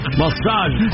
massage